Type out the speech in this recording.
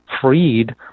freed